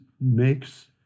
makes